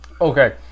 Okay